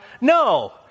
No